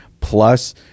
plus